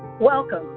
Welcome